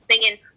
singing